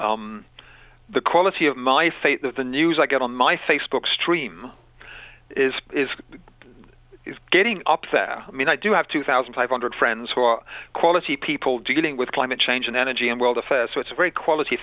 that the news i get on my facebook stream is getting up there i mean i do have two thousand five hundred friends who are quality people dealing with climate change and energy and world affairs so it's a very quality